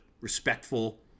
respectful